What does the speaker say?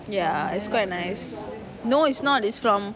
ya it's quite nice no it's not it's from